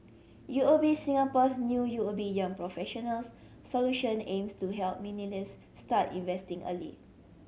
U O B Singapore's new U O B Young Professionals Solution aims to help millennials start investing early